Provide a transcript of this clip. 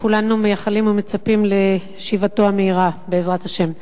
כולנו מייחלים ומצפים לשיבתו המהירה, בעזרת השם.